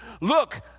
Look